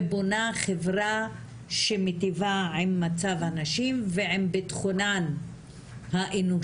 ובונה חברה שמטיבה עם מצב הנשים ועם ביטחונן האנושי.